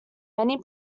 many